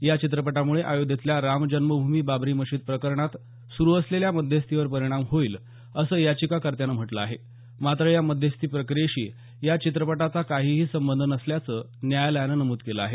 या चित्रपटामुळे अयोध्येतल्या राम जन्मभूमी बाबरी मशीद प्रकरणात सुरू असलेल्या मध्यस्थीवर परिणाम होईल असं याचिकाकर्त्यांनं म्हटलं आहे मात्र या मध्यस्थी प्रक्रियेशी या चित्रपटाचा काहीही संबंध नसल्याचं न्यायालयानं नमूद केलं आहे